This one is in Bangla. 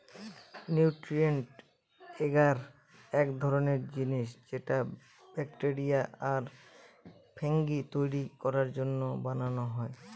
নিউট্রিয়েন্ট এগার এক ধরনের জিনিস যেটা ব্যাকটেরিয়া আর ফাঙ্গি তৈরী করার জন্য বানানো হয়